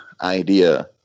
idea